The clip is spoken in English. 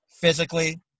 physically